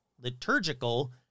liturgical